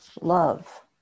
love